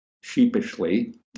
sheepishly